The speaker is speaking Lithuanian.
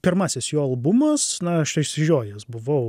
pirmasis jo albumas na aš išsižiojęs buvau